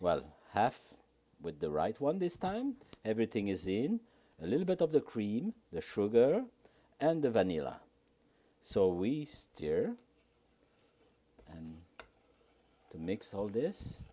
well half with the right one this time everything is in a little bit of the cream the sugar and the vanilla so we steer and to mix all this